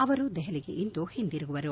ಅವರು ದೆಹಲಿಗೆ ಇಂದು ಹಿಂದಿರುಗುವರು